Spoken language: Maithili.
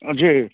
जी